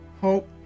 Hope